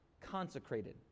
consecrated